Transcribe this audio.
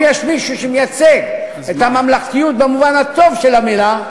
אם יש מישהו שמייצג את הממלכתיות במובן הטוב של המילה,